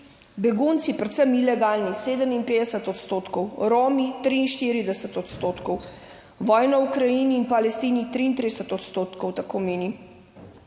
Begunci, predvsem ilegalni, 57 odstotkov, Romi 43 odstotkov, vojna v Ukrajini in Palestini 33 odstotkov tako meni